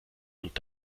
und